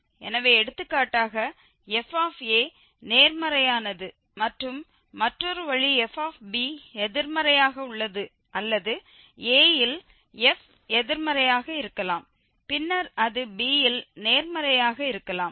எனவே எடுத்துக்காட்டாக f நேர்மறையானது மற்றும் மற்றொரு வழி f எதிர்மறையாக உள்ளது அல்லது a இல் f எதிர்மறையாக இருக்கலாம் பின்னர் அது b இல் நேர்மறையாக இருக்கலாம்